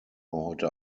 heute